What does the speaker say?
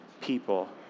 people